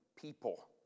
people